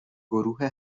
گروه